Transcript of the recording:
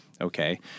Okay